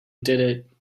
did